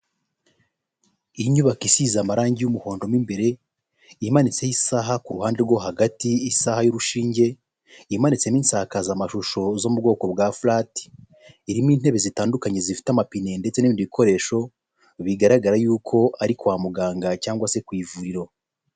Iyi inyubako isize amarangi y'umuhondomo mo imbere imanitseho isaha ku ruhande rwo hagati, isaha y'urushinge, imanitsemo isakazamashusho zo mu bwoko bwa fulati irimo intebe zitandukanye zifite amapine ndetse n'ibindi bikoresho bigaragara yuko ari kwa muganga cyangwa se ku ivuriro.